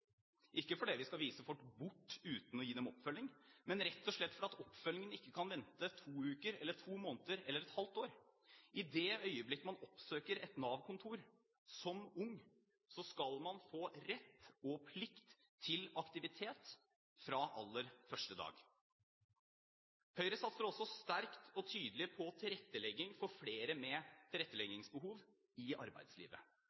ikke fordi vi skal vise folk bort uten å gi dem oppfølging, men rett og slett for at oppfølgingen ikke kan vente i to uker, i to måneder eller i et halvt år. I det øyeblikk man oppsøker et Nav-kontor som ung, skal man få rett og plikt til aktivitet fra aller første dag. Høyre satser også sterkt og tydelig på tilrettelegging for flere med